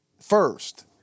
First